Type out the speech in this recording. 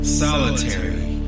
solitary